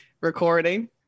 recording